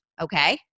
okay